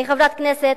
אני חברת הכנסת,